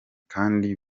kandi